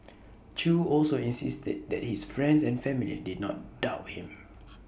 chew also insisted that his friends and family did not doubt him